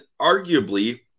arguably